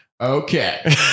Okay